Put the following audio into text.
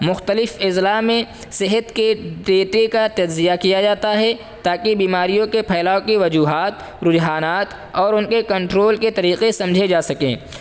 مختلف اضلاع میں صحت کے ڈیٹے کا تجزیہ کیا جاتا ہے تاکہ بیماریوں کے پھیلاؤ کے وجوہات رجحانات اور ان کے کنٹرول کے طریقے سمجھے جا سکیں